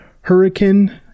Hurricane